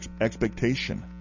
expectation